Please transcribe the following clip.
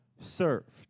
served